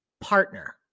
partner